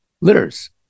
litters